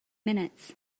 minutes